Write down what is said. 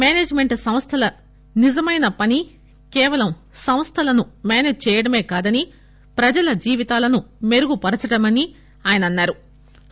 management సంస్థల నిజమైన పని కేవలం సంస్థలను మేసేజ్ చెయ్యడమే కాదని ప్రజల జీవితాలను మెరుగు పరచడమని ఆయన అన్నారు